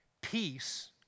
Peace